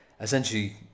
essentially